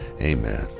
amen